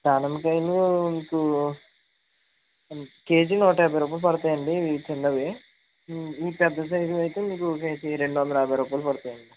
దానిమ్మకాయలు మీకు కేజీ నూట యాభై రూపాయలు పడుతాయండి ఇవి చిన్నవి ఇవి పెద్ద సైజువి అయితే మీకు కేజీ రెండు వందల యాభై రూపాయలు పడుతాయండి